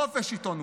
חופש עיתונות,